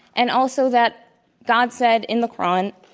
and also that god said, in the koran,